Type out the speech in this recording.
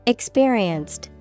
Experienced